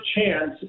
chance